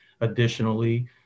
Additionally